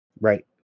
Right